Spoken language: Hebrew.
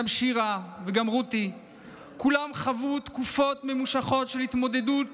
גם שירה וגם רותי כולם חוו תקופות ממושכות של התמודדות